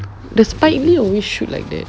the spike only shoot like that